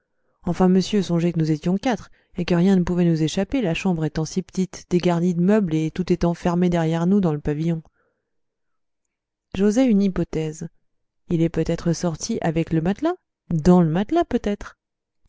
enfin monsieur songez que nous étions quatre et que rien ne pouvait nous échapper la chambre étant si petite dégarnie de meubles et tout étant fermé derrière nous dans le pavillon j'osai une hypothèse il est peut-être sorti avec le matelas dans le matelas peut-être